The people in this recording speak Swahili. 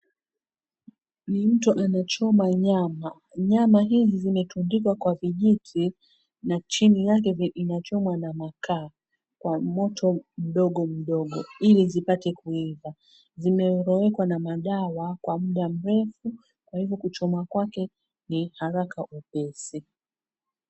Ni mtu anamchoma nyama, nyama hizi zimetundikwa kwa vijiti na chini yake inachomwa na makaa kwa moto mdogo mdogo Ili zipate kuiva. Zimewekewa na madawa kwa muda mrefu kwa hivyo kuchoma kwake ni haraka upesi.